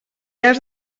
has